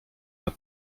nad